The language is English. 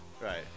Right